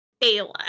Ayla